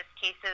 cases